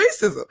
racism